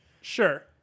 sure